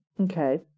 Okay